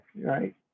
right